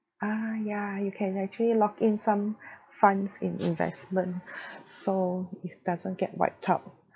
uh ya you can actually lock in some funds in investment so it doesn't get wiped up